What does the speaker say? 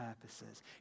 purposes